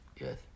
Yes